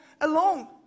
alone